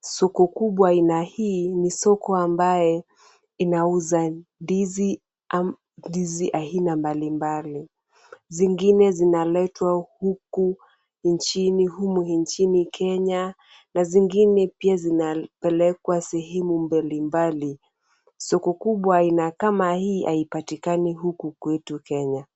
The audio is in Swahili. Soko kubwa aina hii ni soko ambayo, inauza ndizi aina mbalimbali. Zingine zinaletwa huku nchini humu nchini Kenya na zingine pia zinapelekwa sehemu mbalimbali. Soko kubwa aina kama hii, haipatikani huku kwetu Kenya.